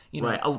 Right